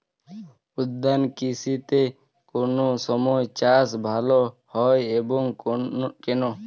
উদ্যান কৃষিতে কোন সময় চাষ ভালো হয় এবং কেনো?